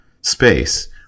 space